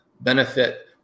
benefit